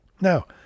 now